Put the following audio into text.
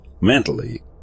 mentally